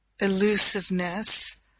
elusiveness